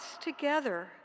together